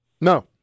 No